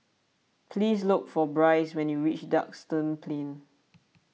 please look for Brice when you reach Duxton Plain